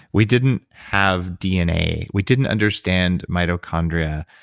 we didn't have dna. we didn't understand mitochondria.